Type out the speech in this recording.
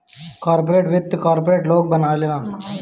corporate वित्त corporate लोग बनावेला